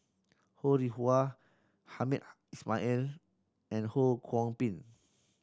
Ho Rih Hwa Hamed Ismail and Ho Kwon Ping